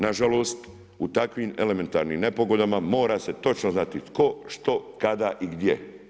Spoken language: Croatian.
Nažalost, u takvim elementarnim nepogodama, mora se točno znati, tko, što, kada i gdje.